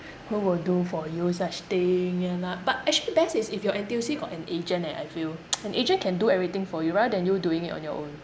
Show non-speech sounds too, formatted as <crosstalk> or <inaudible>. who will do for you such thing and uh but actually the best is if your N_T_U_C got an agent eh I feel <noise> an agent can do everything for you rather than you doing it on your own